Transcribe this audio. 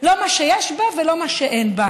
לא מה שיש בה ולא מה שאין בה.